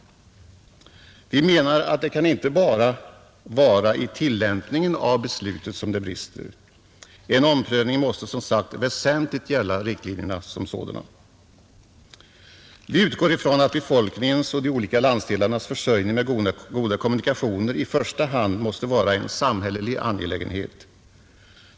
Det kan inte bara vara i tillämpningarna av beslutet som det brister, en omprövning måste som sagt väsentligt gälla riktlinjerna som sådana. Vi utgår ifrån att befolkningens och de olika landsdelarnas försörjning med goda kommunikationer i första hand måste vara en samhällelig angelägenhet.